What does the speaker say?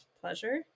pleasure